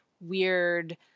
weird